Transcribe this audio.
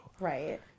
Right